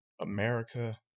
America